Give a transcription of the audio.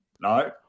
No